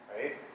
right